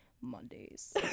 Mondays